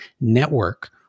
network